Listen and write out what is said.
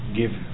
give